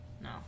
No